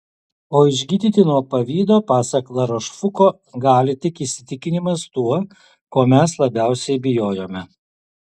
o išgydyti nuo pavydo pasak larošfuko gali tik įsitikinimas tuo ko mes labiausiai bijojome